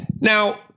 Now